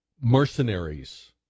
mercenaries